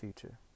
future